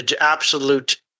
absolute